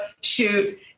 shoot